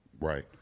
Right